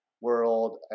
world